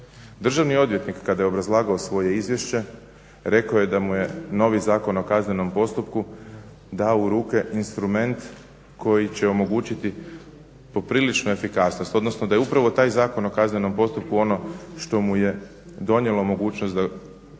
Državni odvjetnik kada je obrazlagao svoje izvješće rekao je da mu je novi Zakon o kaznenom postupku dao u ruke instrument koji će omogućiti popriličnu efikasnost, odnosno da je upravo taj Zakon o kaznenom postupku ono što mu je donijelo mogućnost da